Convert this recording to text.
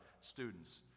students